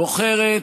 בוחרת